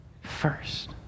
First